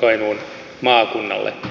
kainuun maakunnalle